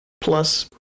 plus